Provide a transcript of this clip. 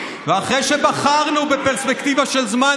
ואחרי שבחנו בפרספקטיבה של זמן,